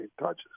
touches